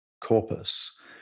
corpus